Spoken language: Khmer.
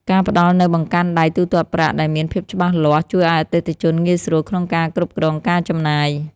ការផ្ដល់នូវបង្កាន់ដៃទូទាត់ប្រាក់ដែលមានភាពច្បាស់លាស់ជួយឱ្យអតិថិជនងាយស្រួលក្នុងការគ្រប់គ្រងការចំណាយ។